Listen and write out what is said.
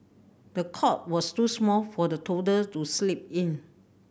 the cot was too small for the toddler to sleep in